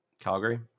calgary